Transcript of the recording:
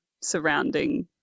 surrounding